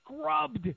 scrubbed